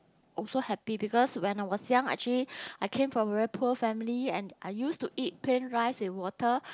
also happy because when I was young actually I came from very poor family and I used to eat plain rice with water